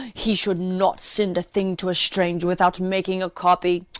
he should not send a thing to a stranger without making a copy.